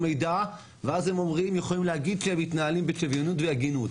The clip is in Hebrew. מידע ואז הם יכולים להגיד שהם מתנהלים בשוויונות והגינות.